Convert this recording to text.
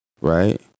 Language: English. Right